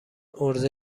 عرضه